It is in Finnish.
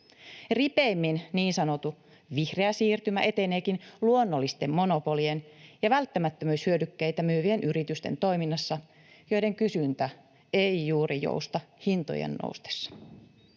Ripeimmin niin sanottu vihreä siirtymä eteneekin luonnollisten monopolien ja välttämättömyyshyödykkeitä myyvien yritysten toiminnassa, joiden kysyntä ei juuri jousta hintojen noustessa.